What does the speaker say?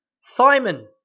Simon